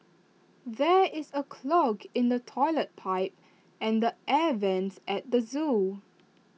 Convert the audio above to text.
there is A clog in the Toilet Pipe and the air Vents at the Zoo